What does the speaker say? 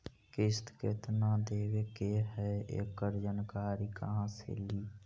किस्त केत्ना देबे के है एकड़ जानकारी कहा से ली?